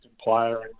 player